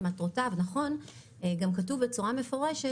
למטרותיו - גם כתוב מפורשות,